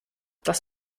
das